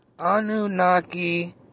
Anunnaki